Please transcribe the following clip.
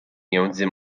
między